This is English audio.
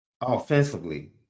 offensively